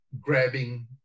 grabbing